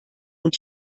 und